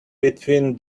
between